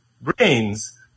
brains